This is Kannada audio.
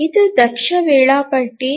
ಇವು ದಕ್ಷ ವೇಳಾಪಟ್ಟಿ